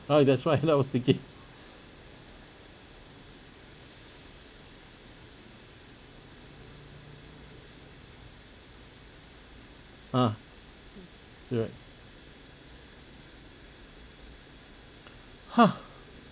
ah that's why lah I was thinking ah so you're right !huh!